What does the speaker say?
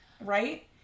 right